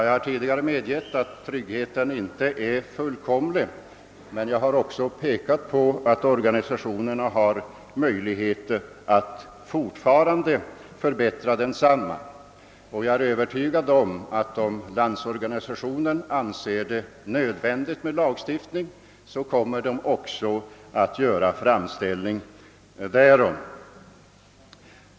Jag har redan medgivit att tryggheten inte är fullkomlig, men jag har också pekat på att organisationerna har möjligheter att förbättra denna. Jag är övertygad om att för den händelse Landsorganisationen anser lagstiftning nödvändig kommer denna organisation också att göra framställning därom.